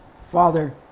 Father